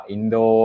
Indo